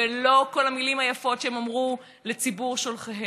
ולא כל המילים היפות שהם אמרו לציבור שולחיהם.